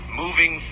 moving